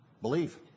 believe